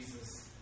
Jesus